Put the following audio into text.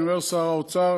אני אומר לשר האוצר.